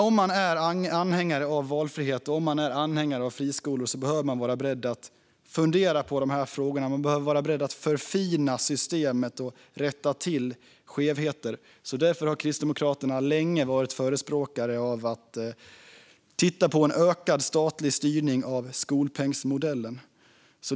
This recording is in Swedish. Om man är anhängare av valfrihet och friskolor behöver man vara beredd på att fundera på dessa frågor, förfina systemet och rätta till skevheter. Därför har Kristdemokraterna länge varit förespråkare av ökad statlig styrning av skolpengsmodellen.